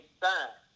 sign